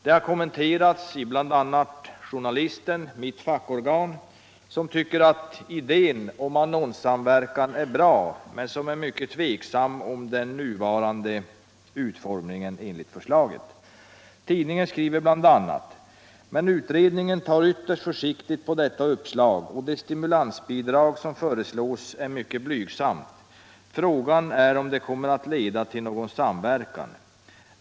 Det har kommenterats i bl.a. tidningen Journalisten, mitt fackorgan, som tycker att idén om annonssamverkan är bra, men som är mycket tveksam om den nuvarande utformningen. I tidningen skriver man bl.a.: ”Men utredningen tar ytterst försiktigt på detta uppslag och det stimulansbidrag som föreslås är mycket blygsamt. Frågan är om det kommer att leda till någon samverkan.